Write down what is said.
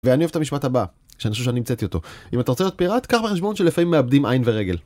ואני אוהב את המשפט הבא, שאני חושב שאני המצאתי אותו. אם אתה רוצה להיות פיראט, קח בחשבון של לפעמים מאבדים עין ורגל.